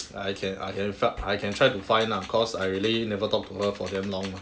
I can I can I can try to find lah cause I really never talk to her for damn long mah